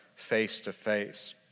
face-to-face